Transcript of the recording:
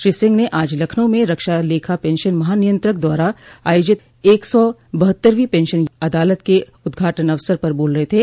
श्री सिंह आज लखनऊ में रक्षा लेखा पेंशन महानियंत्रक द्वारा आयोजित एक सौ बहत्तरवीं पेशन अदालत के उद्घाटन अवसर पर बोल रहे थे